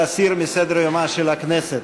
להסיר מסדר-יומה של הכנסת.